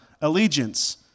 allegiance